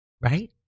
Right